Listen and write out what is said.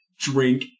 Drink